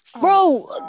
bro